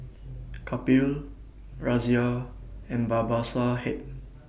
Kapil Razia and Babasaheb